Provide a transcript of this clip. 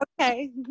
okay